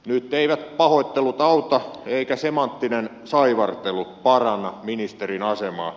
nyt eivät pahoittelut auta eikä semanttinen saivartelu paranna ministerin asemaa